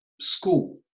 school